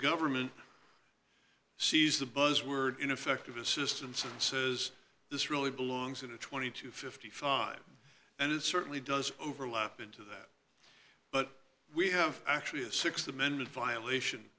government sees the buzzword ineffective assistance and says this really belongs in a twenty to fifty five and it certainly does overlap into that but we have actually a th amendment violation